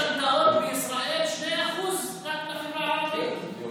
המשכנתאות בישראל רק 2% הן לחברה הערבית.